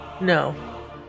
No